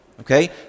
Okay